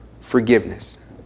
forgiveness